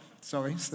Sorry